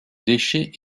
déchets